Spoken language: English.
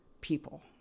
people